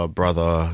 brother